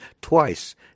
twice